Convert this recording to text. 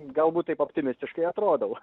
galbūt taip optimistiškai atrodau